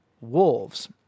wolves